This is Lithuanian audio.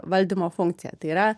valdymo funkciją tai yra